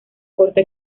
corta